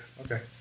okay